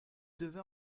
devez